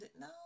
No